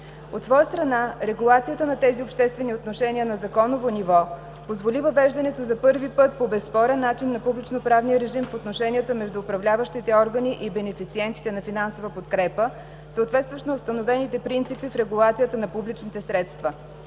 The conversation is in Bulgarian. От своя страна регулацията на тези обществени отношения на законово ниво позволи въвеждането за първи път по безспорен начин на публично-правния режим в отношенията между управляващите органи и бенефициентите на финансова подкрепа, съответстващ на установените принципи в регулацията на публичните средства.